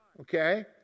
okay